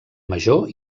major